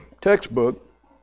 textbook